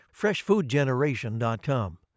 Freshfoodgeneration.com